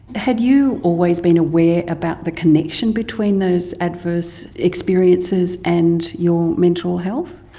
had you always been aware about the connection between those adverse experiences and your mental health?